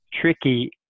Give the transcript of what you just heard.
Tricky